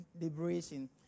liberation